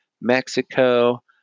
Mexico